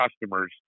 customers